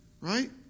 right